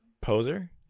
Poser